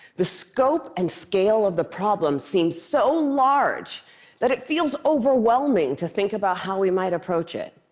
the scope and scale of the problem seems so large that it feels overwhelming to think about how we might approach it.